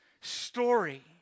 story